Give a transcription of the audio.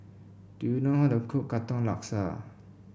do you know how to cook Katong Laksa